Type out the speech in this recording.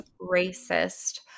racist